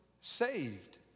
saved